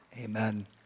Amen